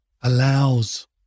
allows